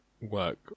work